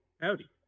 Howdy